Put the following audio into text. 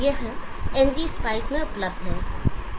यह ngspice में उपलब्ध है